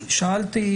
מעקב?